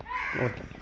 okay